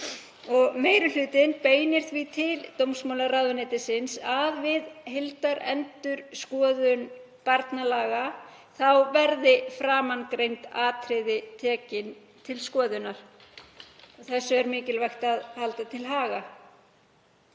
Meiri hlutinn beinir því til dómsmálaráðuneytisins að við heildarendurskoðun barnalaga verði framangreind atriði tekin til skoðunar. Þessu er mikilvægt að halda til haga.